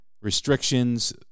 restrictions